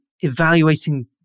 evaluating